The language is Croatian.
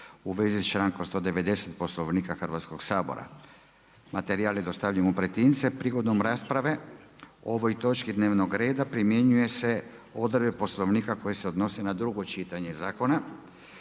u vezi članka 190. Poslovnika Hrvatskog sabora. Materijal je dostavljen u pretince. Prigodom rasprave o ovoj točki dnevnog reda primjenjuje se odredba Poslovnika koji se odnosi na drugo čitanje zakona,